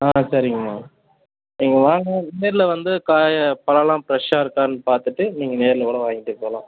ஆ சரிங்கம்மா நீங்கள் வாங்க நேரில் வந்து காய் பழம் எல்லாம் ஃப்ரெஷ்ஷாக இருக்கான்னு பார்த்துட்டு நீங்கள் நேரில் கூட வாங்கிட்டு போகலாம்